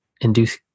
induce